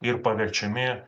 ir paverčiami